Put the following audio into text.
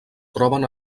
troben